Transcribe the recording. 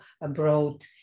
abroad